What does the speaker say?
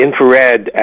Infrared